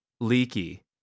leaky